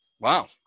Wow